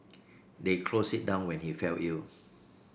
they closed it down when he fell ill